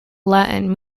latin